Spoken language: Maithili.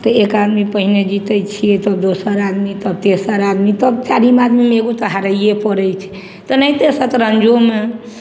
तऽ एक आदमी पहिने जितय छियै तब दोसर आदमी तब तेसर आदमी तब चारिम आदमीमे एगो तऽ हारयए पड़य छै तऽ एनाहिते शतरञ्जोमे